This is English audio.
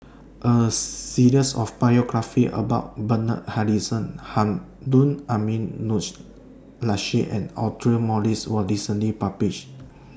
A series of biographies about Bernard Harrison Harun Aminurrashid and Audra Morrice was recently published